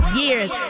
years